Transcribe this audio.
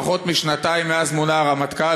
פחות משנתיים מאז מונה הרמטכ"ל,